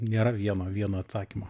nėra vieno vieno atsakymo